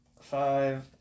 five